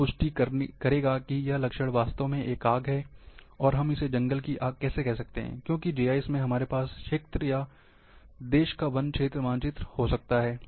यह पुष्टि करेगा कि यह लक्षण वास्तव में एक आग है और हम इसे जंगल की आग कैसे कह सकते हैं क्योंकि जीआईएस में हमारे पास देश या क्षेत्र का वन क्षेत्र मानचित्र हो सकता है